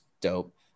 dope